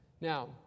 Now